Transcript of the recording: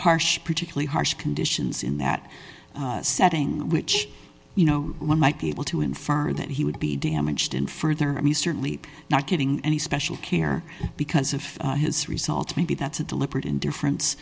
harsh particularly harsh conditions in that setting which you know one might be able to infer that he would be damaged in further i mean certainly not getting any special care because of his result maybe that's a deliberate indifference